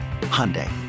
Hyundai